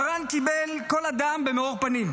מרן קיבל כל אדם במאור פנים,